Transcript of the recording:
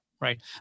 right